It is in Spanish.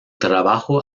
trabajo